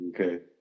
Okay